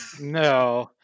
No